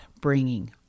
bringing